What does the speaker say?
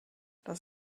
das